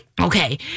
Okay